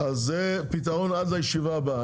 זה פתרון עד לישיבה הבאה,